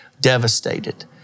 devastated